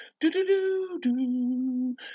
Do-do-do-do